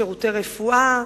שירותי רפואה,